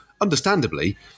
understandably